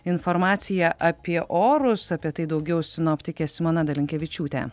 informacija apie orus apie tai daugiau sinoptikė simona dalinkevičiūtė